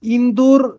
Indur